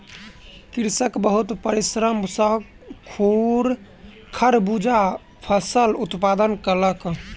कृषक बहुत परिश्रम सॅ खरबूजा फलक उत्पादन कयलक